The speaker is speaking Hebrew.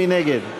מי נגד?